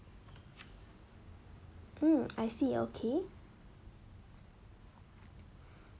mm I see okay